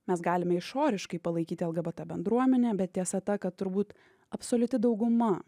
mes galime išoriškai palaikyti lgbt bendruomenę bet tiesa ta kad turbūt absoliuti dauguma